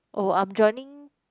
oh I'm joining